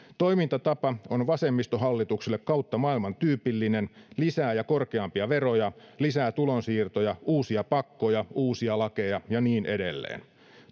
toimintatapa on vasemmistohallitukselle kautta maailman tyypillinen lisää ja korkeampia veroja lisää tulonsiirtoja uusia pakkoja uusia lakeja ja niin edelleen